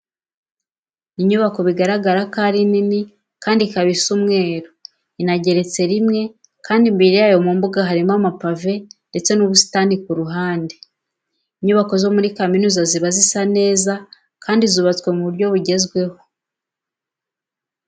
Ni inyubako bigaragara ko ari nini kandi ikaba isa umweru inageretse rimwe kandi imbere yayo mu mbuga harimo amapave ndetse n'ubusitani ku ruhande. Inyubako zo muri kaminiza ziba zisa neza kandi zubatswe mu buryo bugezweho.